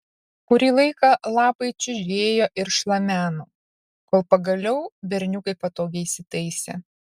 kurį laiką lapai čiužėjo ir šlameno kol pagaliau berniukai patogiai įsitaisė